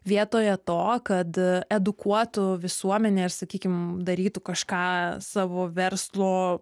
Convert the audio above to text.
vietoje to kad edukuotų visuomenę ir sakykim darytų kažką savo verslo